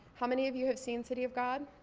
how many of you have seen city of god?